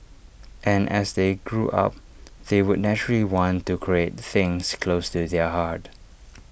and as they grew up they would naturally want to create things close to their heart